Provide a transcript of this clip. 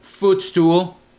footstool